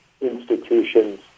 institutions